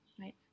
right